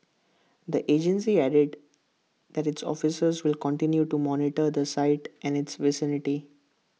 the agency added that its officers will continue to monitor the site and its vicinity